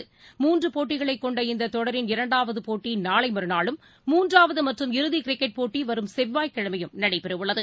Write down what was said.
கொண்ட மூன்றுபோட்டிகளைக் இந்தத் தொடரின் இரண்டாவதுபோட்டிநாளைமறுநாளும் மூன்றாவதுமற்றும் இறுதிகிரிக்கெட் போட்டிவரும் செவ்வாய்க்கிழமையும் நடைபெறஉள்ளது